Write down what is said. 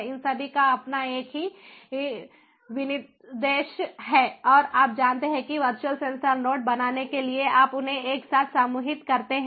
इन सभी का अपना एक ही विनिर्देश है और आप जानते हैं कि वर्चुअल सेंसर नोड बनाने के लिए आप उन्हें एक साथ समूहित करते हैं